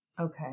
Okay